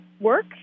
work